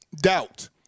doubt